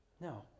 No